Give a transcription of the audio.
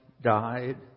died